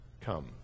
come